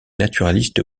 naturaliste